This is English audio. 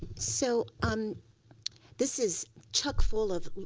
so um this is chuck full of